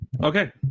Okay